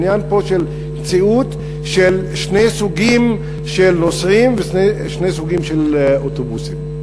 העניין פה של מציאות של שני סוגים של נוסעים ושני סוגים של אוטובוסים.